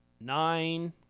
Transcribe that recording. Nine